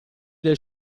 del